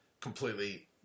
completely